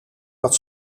dat